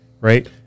right